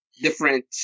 different